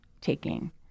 taking